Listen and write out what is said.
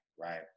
right